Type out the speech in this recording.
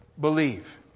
Believe